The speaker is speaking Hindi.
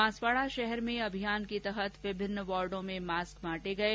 बांसवाडा शहर में अभियान के तहत विभिन्न वॉर्डो में मास्क बांटे गये